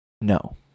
No